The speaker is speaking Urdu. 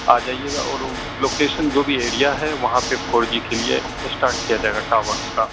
آ جائیے گا اور لوکیشن جو بھی ایریا ہے وہاں پہ فور جی کے لیے اسٹارٹ کیا جائے گا ٹاور اس کا